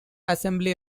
assembly